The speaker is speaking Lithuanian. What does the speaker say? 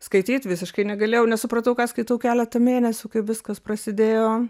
skaityt visiškai negalėjau nesupratau ką skaitau keletą mėnesių kai viskas prasidėjo